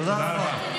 תודה רבה.